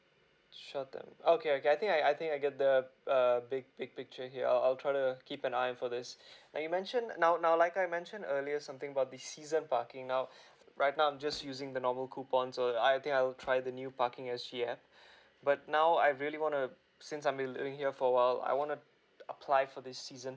sure thing okay okay I think I I think I get the err big big picture here I'll I'll try to keep an eye for this like you mention now now like I mention earlier something about the season parking now right now I'm just using the normal coupon so I think I will try the new parking S G app but now I really wanted to since I've been living here for a while I want to apply for this season